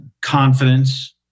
confidence